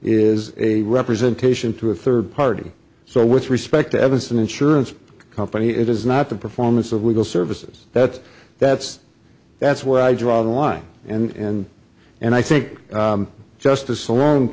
is a representation to a third party so with respect to evanston insurance company it is not the performance of legal services that's that's that's where i draw the line and and i think justice so long